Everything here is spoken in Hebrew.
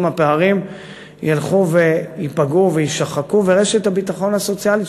הפערים ילכו וייפגעו ורשת הביטחון הסוציאלית,